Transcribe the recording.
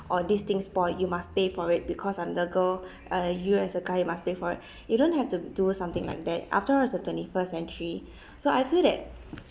or this thing spoiled you must pay for it because I'm the girl uh you as a guy you must pay for it you don't have to do something like that after all it's a twenty first century so I feel that